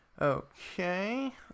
Okay